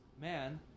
man